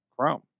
chrome